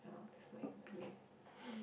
yeah that's my opinion